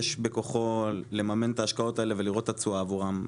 בכוחו של בעלים פרטי יש לממן את ההשקעות האלה ולראות את התשואה עבורם.